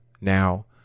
Now